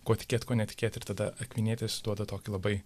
kuo tikėt kuo netikėt ir tada akvinietis duoda tokį labai